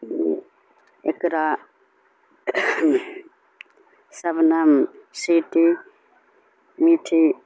اقرا شبنم سیٹی میٹھی